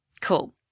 cool